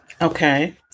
okay